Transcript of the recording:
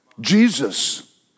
Jesus